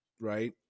right